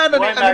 כן, אני מסכים.